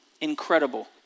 Incredible